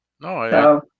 no